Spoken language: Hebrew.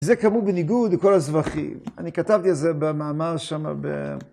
זה כאמור בניגוד לכל הזבחים, אני כתבתי על זה במאמר שם ב...